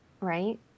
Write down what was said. right